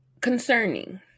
Concerning